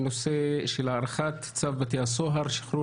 נושא של הארכת צו בתי הסוהר (שחרור